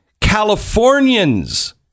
Californians